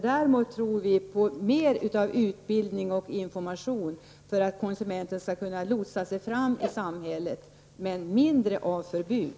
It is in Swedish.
Däremot tror vi mera på utbildning och information, som ju behövs för att konsumenten så att säga skall kunna lotsa sig fram i samhället — men det skall vara mindre av förbud!